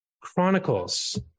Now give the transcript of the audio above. Chronicles